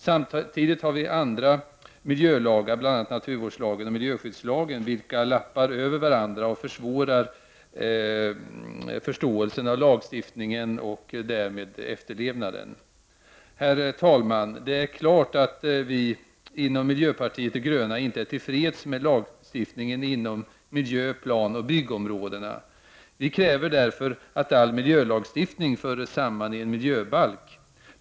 Samtidigt har vi andra miljölagar, bl.a. naturvårdslagen och miljöskyddslagen, vilka lappar över varandra och försvårar förståelsen av lagstiftningen och därmed efterlevnaden. Herr talman! Det är klart att vi inom miljöpartiet de gröna inte är till freds med lagstiftningen inom miljö-, planoch byggområdena. Vi kräver därför att all miljölagstiftning förs samman i en miljöbalk.